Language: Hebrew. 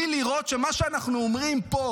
בלי לראות שמה שאנחנו אומרים פה,